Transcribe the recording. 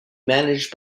managed